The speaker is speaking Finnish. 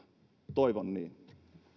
toivon niin